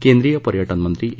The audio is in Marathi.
केंद्रीय पर्यटन मंत्री ए